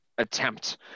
Attempt